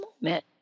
moment